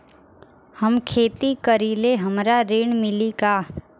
हम खेती करीले हमरा ऋण मिली का?